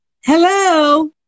Hello